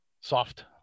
soft